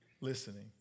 listening